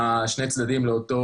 כאשר רוצים לצאת מהמשבר, מפעילים אותם.